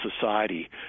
society